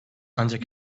ancak